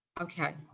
okay.